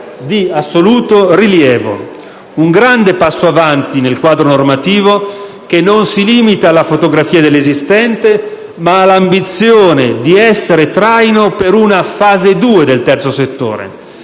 di assoluto rilievo, un grande passo avanti nel quadro normativo, che non si limita alla fotografia dell'esistente ma ha l'ambizione di essere traino di una "fase due" del terzo settore.